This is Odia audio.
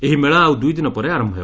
ଏହି ମେଳା ଆଉ ଦୁଇଦିନ ପରେ ଆରମ୍ଭ ହେବ